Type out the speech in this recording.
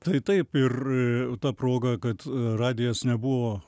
tai taip ir ta proga kad radijas nebuvo